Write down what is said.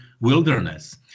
wilderness